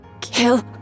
Kill